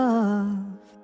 Love